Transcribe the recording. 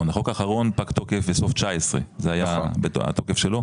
החוק האחרון פג תוקף בסוף 2019 זה היה התוקף שלו,